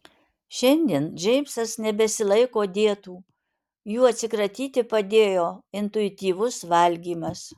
šiandien džeimsas nebesilaiko dietų jų atsikratyti padėjo intuityvus valgymas